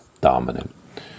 dominant